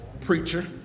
preacher